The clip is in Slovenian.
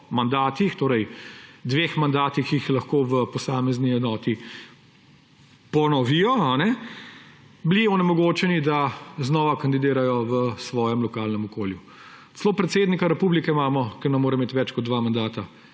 zasedejo, in po dveh mandatih jih lahko v posamezni enoti ponovijo, bili onemogočeni, da znova kandidirajo v svojem lokalnem okolju. Celo predsednika republike imamo, ki ne more imeti več kot dva mandata.